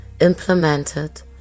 implemented